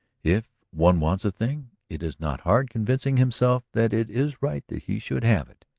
if one wants a thing, it is not hard convincing himself that it is right that he should have it.